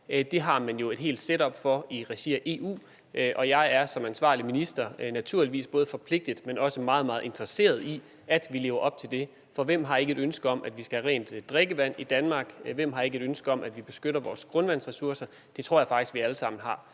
Det har man jo et helt setup for i regi af EU, og jeg er som ansvarlig minister naturligvis både forpligtet, men også meget, meget interesseret i, at vi lever op til det. For hvem har ikke et ønske om, at vi skal have rent drikkevand i Danmark, og hvem har ikke et ønske om, at vi beskytter vores grundvandsressourcer? Det tror jeg faktisk at vi alle sammen har.